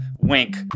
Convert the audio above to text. wink